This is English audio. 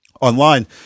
online